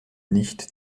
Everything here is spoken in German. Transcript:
nicht